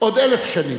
עוד אלף שנים.